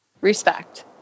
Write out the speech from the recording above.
Respect